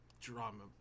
drama